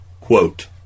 Quote